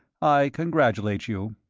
i congratulate you.